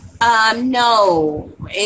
No